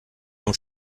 vom